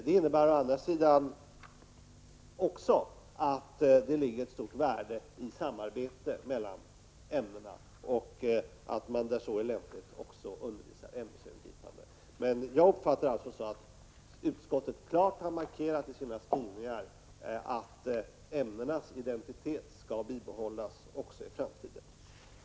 Det innebär å andra sidan också att det ligger ett stort värde i att man, där så är lämpligt, också undervisar ämnesövergripande. Men jag uppfattar det så att utskottet klart har markerat i sina skrivningar att ämnenas identitet skall bibehållas också i framtiden.